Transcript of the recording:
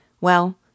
Well